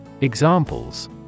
Examples